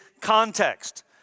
context